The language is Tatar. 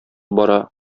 бара